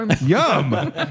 Yum